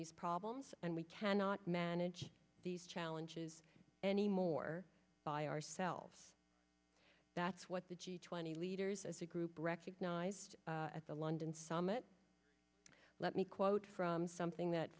these problems and we cannot manage these challenges any more by ourselves that's what the g twenty leaders as a group recognized at the london summit let me quote from something that